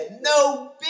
no